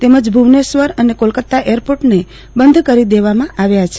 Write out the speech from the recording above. તેમજ ભુવનેશ્વર અને કોલકાતા એરપોર્ટ ને બંધ કરી દેવામાં આવ્યા છે